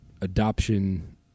adoption